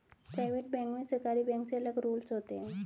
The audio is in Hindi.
प्राइवेट बैंक में सरकारी बैंक से अलग रूल्स होते है